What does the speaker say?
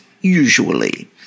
usually